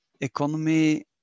economy